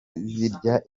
zirya